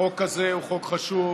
החוק הזה הוא חוק חשוב,